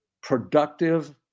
productive